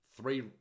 three